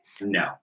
No